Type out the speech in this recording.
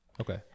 Okay